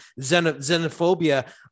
xenophobia